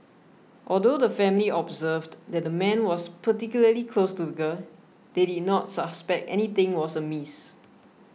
although the family observed that the man was particularly close to the girl they did not suspect anything was amiss